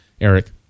eric